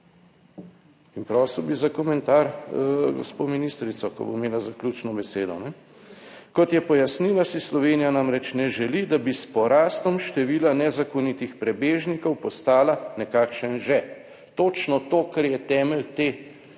In prosil bi za komentar gospo ministrico, ko bo imela zaključno besedo. Kot je pojasnila, si Slovenija namreč ne želi, da bi s porastom števila nezakonitih prebežnikov postala nekakšen žep. Točno to, kar je temelj te